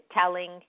telling